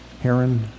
Heron